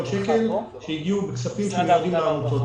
שקלים שהגיעו בכספים שמיועדים לעמותות.